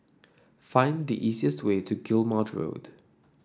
find the easiest way to Guillemard Road